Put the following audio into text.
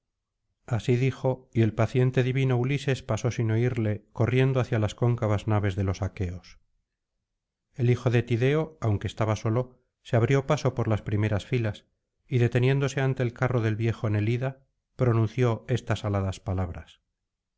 así dijo y el paciente divino ulises pasó sin oirle corriendo hacia las cóncavas naves de los aqueos el hijo de tideo aunque estaba solo se abrió paso por las primeras filas y deteniéndose ante el carro del viejo nelida pronunció estas aladas palabras